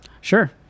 Sure